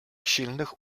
silnych